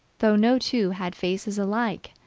though no two had faces alike.